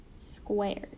squared